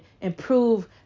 improve